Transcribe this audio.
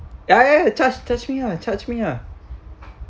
ya ya ya charge charge me ah charge me ah